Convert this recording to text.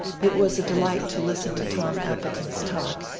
it was a delight, to listen to tom appleton's talk,